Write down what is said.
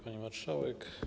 Pani Marszałek!